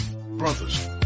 Brothers